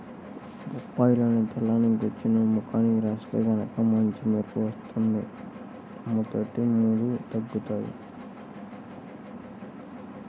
బొప్పాయిలోని తెల్లని గుజ్జుని ముఖానికి రాత్తే గనక మంచి మెరుపు వత్తది, మొటిమలూ తగ్గుతయ్యంట